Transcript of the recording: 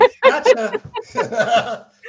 Gotcha